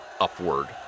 upward